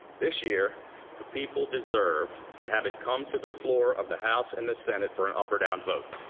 this year the people deserve to have it come to the floor of the house and the senate for an up or down vote.